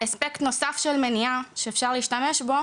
אספקט נוסף של מניעה שאפשר להשתמש בו